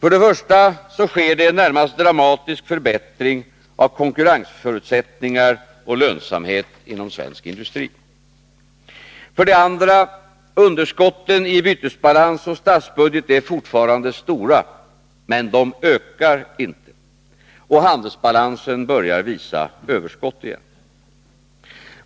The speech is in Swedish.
För det första sker det en närmast dramatisk förbättring av konkurrensförutsättningar och lönsamhet inom svensk industri. För det andra är underskotten i bytesbalans och statsbudget fortfarande stora — men de ökar inte. Och handelsbalansen börjar visa överskott igen.